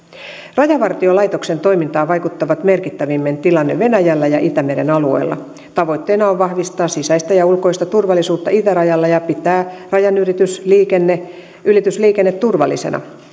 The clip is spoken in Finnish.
rajavartiolaitoksen toimintaan vaikuttaa merkittävimmin tilanne venäjällä ja itämeren alueella tavoitteena on on vahvistaa sisäistä ja ulkoista turvallisuutta itärajalla ja ja pitää rajan ylitysliikenne ylitysliikenne turvallisena